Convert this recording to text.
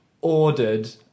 ordered